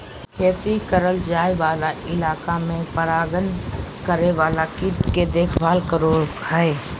खेती करल जाय वाला इलाका में परागण करे वाला कीट के देखभाल करो हइ